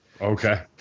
Okay